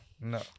No